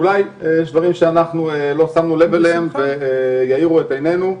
אולי יש דברים שאנחנו לא שמנו לב אליהם ויאירו את עינינו.